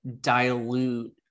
dilute